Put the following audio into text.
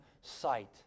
sight